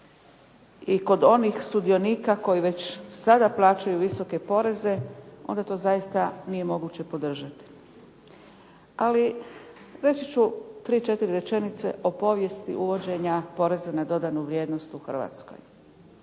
i kod onih sudionika koji već sada plaćaju visoke poreze, onda to zaista nije moguće podržati. Ali reći ću tri, četiri rečenice o povijesti uvođenja poreza na dodanu vrijednost u Hrvatskoj.